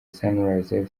sunrise